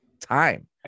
time